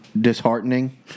disheartening